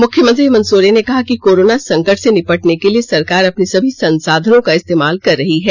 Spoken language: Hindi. मुख्यमंत्री हेमंत सोरेन ने कहा कि कोरोना संकट से निपटने के लिए सरकार अपने सभी संसाधनों का इस्तेमाल कर रही है